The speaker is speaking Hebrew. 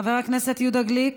חבר הכנסת יהודה גליק,